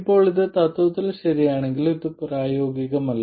ഇപ്പോൾ ഇത് തത്വത്തിൽ ശരിയാണെങ്കിലും ഇത് പ്രായോഗികമല്ല